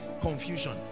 confusion